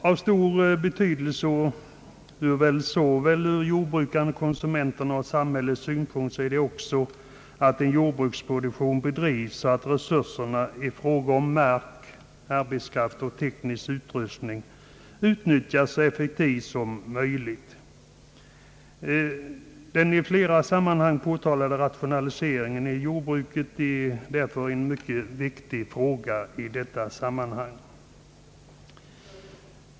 Av stor betydelse ur både jordbrukarnas, konsumenternas och samhällets synpunkt är det vidare att jordbruket bedrivs så att resurserna i fråga om mark, arbetskraft och teknisk utrustning utnyttjas så effektivt som möjligt. Den i flera sammanhang berörda jordbruksrationaliseringen är därför mycket viktig i detta sammanhang.